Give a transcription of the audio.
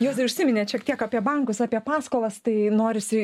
jūs užsiminėt šiek tiek apie bankus apie paskolas tai norisi